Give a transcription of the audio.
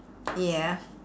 yeah